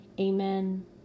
Amen